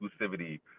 exclusivity